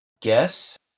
guess